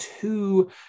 two